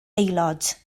aelod